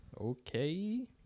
okay